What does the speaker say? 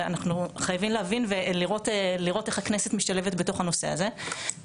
ואנחנו חייבים להבין ולראות איך הכנסת משתלבת בתוך הנושא הזה.